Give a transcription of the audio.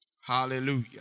Hallelujah